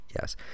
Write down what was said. Yes